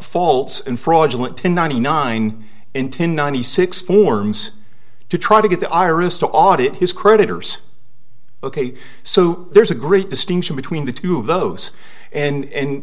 false and fraudulent in ninety nine and ten ninety six forms to try to get the iris to audit his creditors ok so there's a great distinction between the two of those and